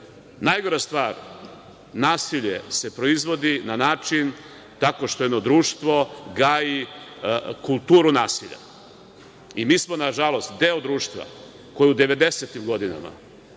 najgora stvar, nasilje se proizvodi na način tako što jedno društvo gaji kulturu nasilja. Mi smo, nažalost, deo društva koji u devedesetim